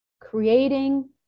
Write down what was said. creating